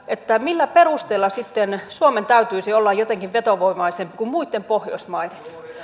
millä perusteella sitten suomen täytyisi olla jotenkin vetovoimaisempi kuin muitten pohjoismaiden